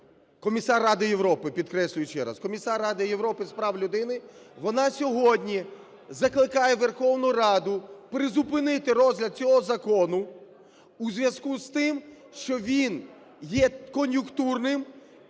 Комісар Ради Європи, підкреслюю ще раз – Комісар Ради Європи з прав людини, вона сьогодні закликає Верховну Раду призупинити розгляд цього закону у зв'язку з тим, що він є кон'юнктурним